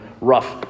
rough